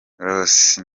ross